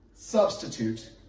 substitute